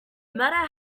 matter